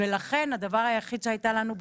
לכן הבקשה היחידה שהייתה לנו,